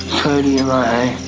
codie and i